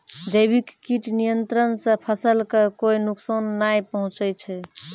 जैविक कीट नियंत्रण सॅ फसल कॅ कोय नुकसान नाय पहुँचै छै